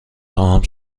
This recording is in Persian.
خواهم